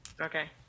Okay